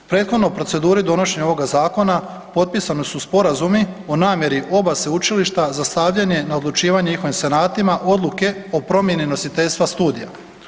U prethodnoj proceduri donošenja ovog zakona potpisani su sporazumi o namjeri oba sveučilišta za stavljanje na odlučivanje njihovim senatima odluke o promjeni nositeljstva studija.